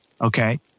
okay